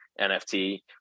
NFT